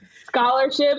Scholarships